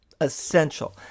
essential